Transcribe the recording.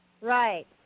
Right